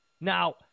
Now